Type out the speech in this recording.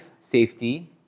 safety